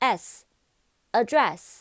s，address，